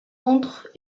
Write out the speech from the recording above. entre